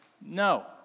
No